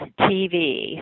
TV